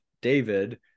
David